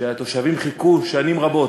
שהתושבים חיכו שנים רבות,